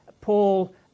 Paul